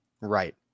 right